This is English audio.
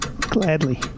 gladly